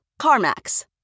CarMax